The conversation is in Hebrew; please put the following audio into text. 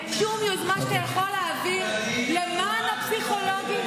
אין שום יוזמה שאתה יכול להעביר למען הפסיכולוגים.